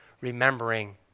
remembering